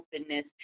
openness